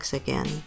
again